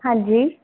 ਹਾਂਜੀ